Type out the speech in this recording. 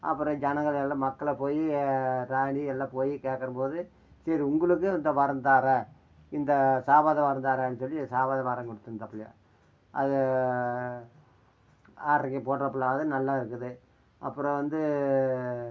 அப்புறம் ஜனங்களோடு மக்களாக போய் ராணி எல்லாம் போய் கேக்கற போது சரி உங்களுக்கும் இந்த வரம் தரேன் இந்த சாகாத வரம் தரேன்னு சொல்லி சாகாத வரம் கொடுத்திர்ந்தாப்பிலியாம் அது ஆறரைக்கி போட்றாப்பில அதுவும் நல்லா இருக்குது அப்புறம் வந்து